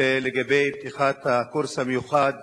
לגבי פתיחת הקורס המיוחד